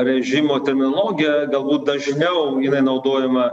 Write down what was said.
režimo terminologija galbūt dažniau jinai naudojama